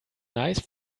nice